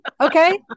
okay